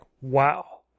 wow